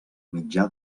mitjà